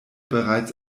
bereits